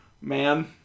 man